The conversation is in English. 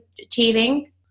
achieving